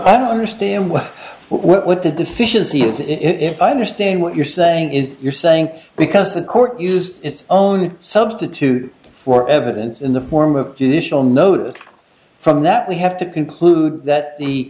i don't understand what what the deficiency is if i understand what you're saying is you're saying because the court used its own substitute for evidence in the form of judicial notice from that we have to conclude that the